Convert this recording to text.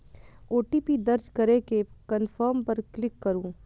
OTP दर्ज करै के कंफर्म पर क्लिक करू